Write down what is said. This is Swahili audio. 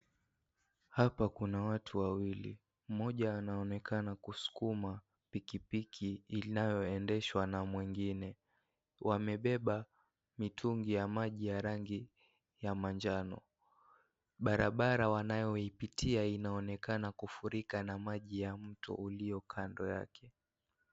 Hapa kuna watu wawili mmoja anaonekana kusukuma pikipiki inayoendeshwa na mwingine. Wamebeba mitungi ya maji ya rangi ya manjano. Barabara wanayoipitia inaonekana kufurika na maji ya mto ulio kando yake.